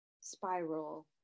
spiral